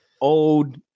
old